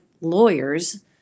lawyers